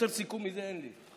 יותר סיכום מזה אין לי.